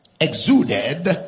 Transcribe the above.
exuded